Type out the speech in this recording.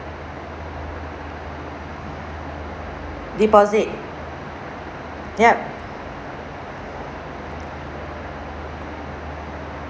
deposit yup